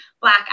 black